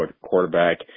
quarterback